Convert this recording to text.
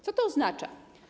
Co to oznacza?